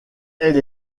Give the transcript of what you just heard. elle